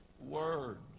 words